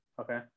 Okay